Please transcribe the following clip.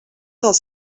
dels